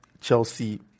Chelsea